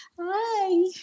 Hi